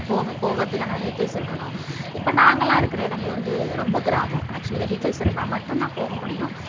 போக போகறதுக்கான வெஹிகல்ஸ் இருக்கணும் இப்போ நாங்கெளெலாம் இருக்கிற இடங்கள் வந்து ரொம்ப கிராமம் ஆக்சுவலி வெஹிகல்ஸ் இருந்தால் மட்டும்தான் போக முடியும்